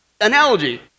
analogy